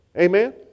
Amen